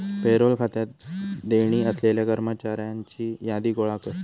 payroll खात्यात देणी असलेल्या कर्मचाऱ्यांची यादी गोळा कर